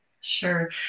sure